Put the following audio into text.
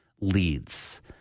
leads